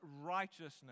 righteousness